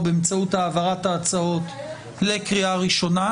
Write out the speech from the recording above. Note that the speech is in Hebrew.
באמצעות העברת ההצעות לקריאה הראשונה,